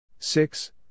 Six